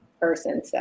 person